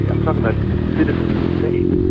i'm talking about citizens of the state.